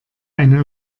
eine